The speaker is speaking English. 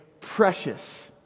precious